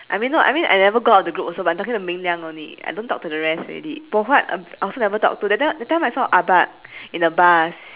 I mean no I mean I never go out in a group also but I'm talking to ming liang only I don't talk to the rest already po huat I also never talk to that time that time I saw abahd in the bus